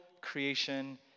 creation